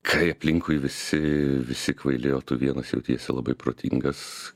kai aplinkui visi visi kvaili o tu vienas jautiesi labai protingas